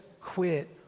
quit